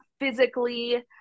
physically